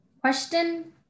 question